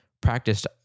practiced